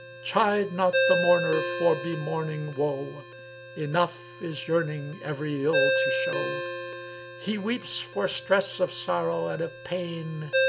chide not the mourner for bemourning woe enough is yearning every ill to show he weeps for stress of sorrow and of pain,